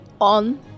on